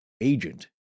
agent